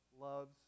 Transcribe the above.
loves